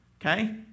Okay